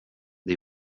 det